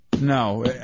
No